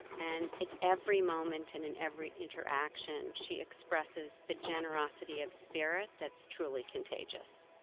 and in every moment and in every interaction she expresses a generosity of spirit that's truly contagious.